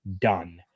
done